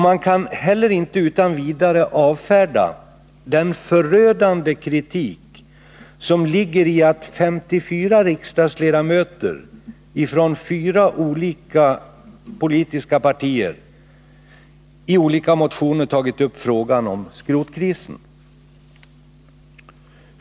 Man kan heller inte utan vidare avfärda den förödande kritik som ligger i att 54 riksdagsledamöter från fyra politiska partier i olika motioner tagit upp frågan om skrotkrisen.